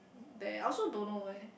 they also don't know eh